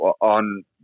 on